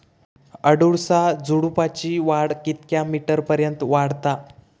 अडुळसा झुडूपाची वाढ कितक्या मीटर पर्यंत वाढता?